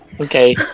Okay